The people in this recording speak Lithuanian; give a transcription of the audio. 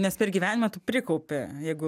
nes per gyvenimą tu prikaupi jeigu